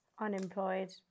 Unemployed